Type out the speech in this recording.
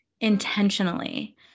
intentionally